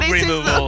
removal